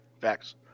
Facts